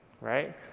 right